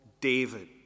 David